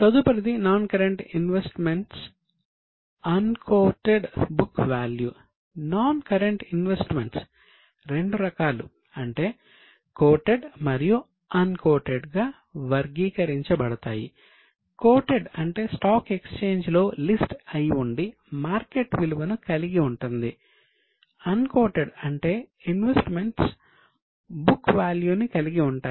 తదుపరిది non current investment unquoted book value ని కలిగి ఉంటాయి